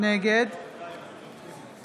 נגד